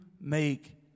make